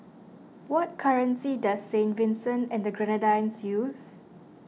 what currency does Saint Vincent and the Grenadines use